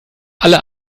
alle